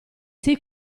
sei